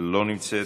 לא נמצאת,